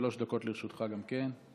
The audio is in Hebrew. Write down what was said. שלוש דקות לרשותך גם כן.